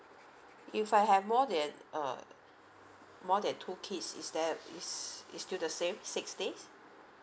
if I have more than uh more than two kids is there it's it's still the same six days